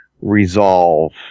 resolve